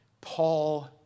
Paul